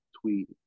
tweet